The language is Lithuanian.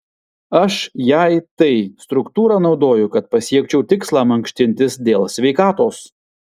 aš jei tai struktūrą naudoju kad pasiekčiau tikslą mankštintis dėl sveikatos